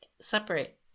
separate